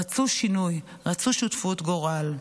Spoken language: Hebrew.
רצו שינוי, רצו שותפות גורל.